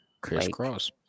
crisscross